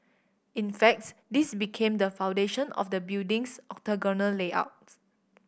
in facts this became the foundation of the building's octagonal layout